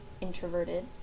introverted